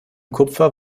kupfer